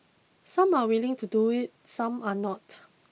some are willing to do it some are not